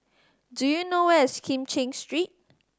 do you know where is Kim Cheng Street